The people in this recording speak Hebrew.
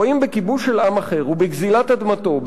רואים בכיבוש של עם אחר ובגזלת אדמתו,